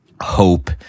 hope